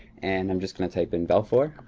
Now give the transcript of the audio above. and i'm just gonna type in belfour.